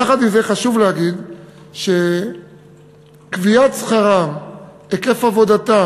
יחד עם זה, חשוב להגיד שקביעת שכרם, היקף עבודתם,